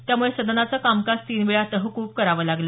त्यामुळे सदनाच कामकाज तीन वेळा तहकूब कराव लागल